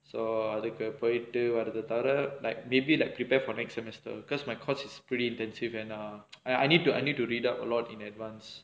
so அதுக்கு போயிட்டு வருத தவிர:athukku poyittu varutha thavira like maybe like prepare for next semester because my course it's pretty intensive and err I I need to I need to read up a lot in advance